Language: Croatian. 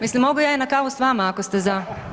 Mislim mogu ja i na kavu s vama ako ste za?